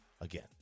again